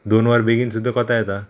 दोन वर बेगीन सुद्दां कोता येता